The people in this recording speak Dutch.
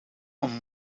een